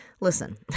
listen